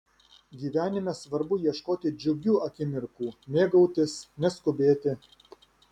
gyvenime svarbu ieškoti džiugių akimirkų mėgautis neskubėti